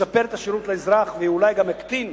וישפר את השירות לאזרח ואולי גם יקטין